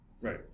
Right